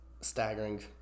staggering